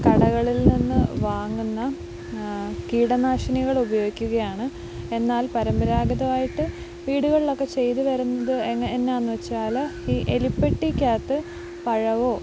കടകളിൽ നിന്ന് വാങ്ങുന്ന കീടനാശിനികളഅ ഉപയോഗിക്കുകയാണ് എന്നാൽ പരമ്പരാഗതമായിട്ട് വീടുകളിലൊക്കെ ചെയ്ത് വരുന്നത് എന്ന എന്നാന്നുവച്ചാല് ഈ എലിപ്പെട്ടിക്കകത്ത് പഴമോ